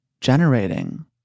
generating